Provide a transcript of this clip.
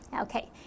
Okay